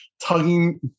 tugging